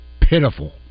pitiful